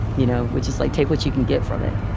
you know which is, like, take what you can get from it,